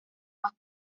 más